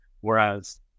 Whereas